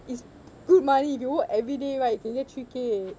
it's good money if you work everyday right can get three K